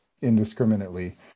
indiscriminately